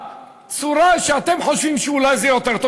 לצורה שאתם חושבים שאולי זה יותר טוב,